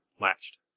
latched